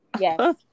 Yes